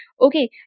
okay